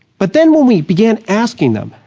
but then when we began asking them,